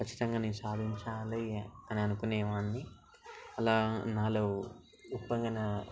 కచ్చితంగా నేను సాధించాలి అని అనుకునేవాడిని అలా నాలో ఉప్పొంగిన